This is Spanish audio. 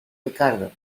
ricardo